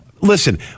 listen